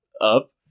up